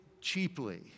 cheaply